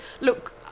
Look